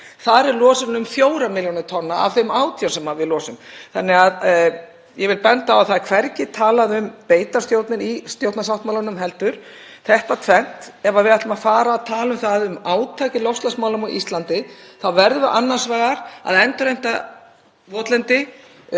Þetta tvennt: Ef við ætlum að fara að tala um átak í loftslagsmálum á Íslandi þá verðum við annars vegar að endurheimta votlendi og huga að röskun vistkerfa og síðan að stöðva gróðureyðingu. Það er ekki hægt að tala um neitt átak í loftslagsmálum nema farið verði í þessa hluti.